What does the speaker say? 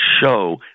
show